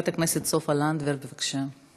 חברת הכנסת סופה לנדבר, בבקשה.